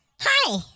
Hi